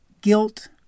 guilt